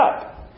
up